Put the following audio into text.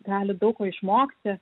gali daug ko išmokti